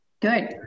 Good